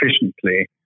efficiently